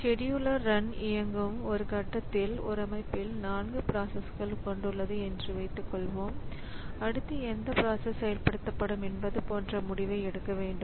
scheduler run இயங்கும் ஒரு கட்டத்தில் ஒரு அமைப்பில் நான்கு பிராசஸ்கள் கொண்டுள்ளது என்று வைத்துக்கொள்வோம் அடுத்து எந்த பிராசஸ் செயல்படுத்தப்படும் என்பது போன்ற முடிவை எடுக்க வேண்டும்